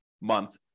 month